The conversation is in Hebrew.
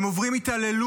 הם עוברים התעללות,